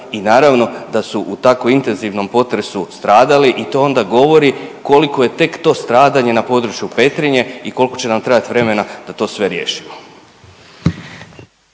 I naravno da su u tako intenzivnom potresu stradali i do onda govori koliko je tek to stradanje na području Petrinje i koliko će nam trebati vremena da to sve riješimo.